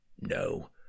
No